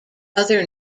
other